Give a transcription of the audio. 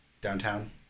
downtown